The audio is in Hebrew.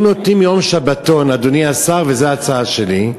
אם נותנים יום שבתון, אדוני השר, וזו ההצעה שלי,